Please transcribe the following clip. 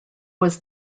was